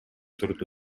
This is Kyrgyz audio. турду